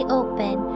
open